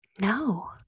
No